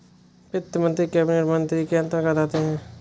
वित्त मंत्री कैबिनेट मंत्री के अंतर्गत आते है